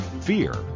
fear